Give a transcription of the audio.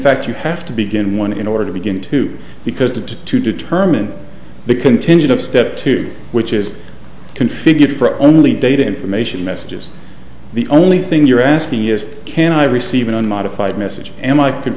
fact you have to begin one in order to begin to because to to determine the contingent of step two which is configured for only data information messages the only thing you're asking is can i receive an unmodified message am i could